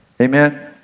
Amen